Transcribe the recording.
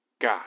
god